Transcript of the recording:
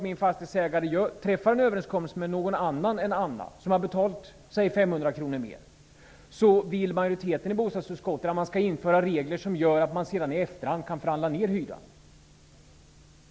Min fastighetsägare kan ju träffa en överenskommelse med någon annan än Anna -- med någon som har betalat låt oss säga 500 kronor mer. Bostadsutskottet vill att regler införs som gör att man i efterhand kan förhandla ner hyran.